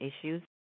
issues